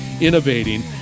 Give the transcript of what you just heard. innovating